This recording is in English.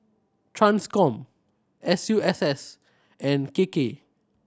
Transcom S U S S and K K